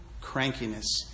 crankiness